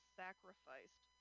sacrificed